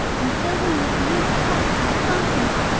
and filled me with new trust and confidence.